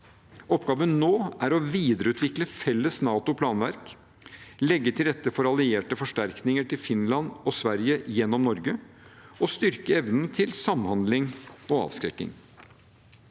Oppgaven nå er å videreutvikle felles NATO-planverk, legge til rette for allierte forsterkninger til Finland og Sverige gjennom Norge og styrke evnen til samhandling og avskrekking.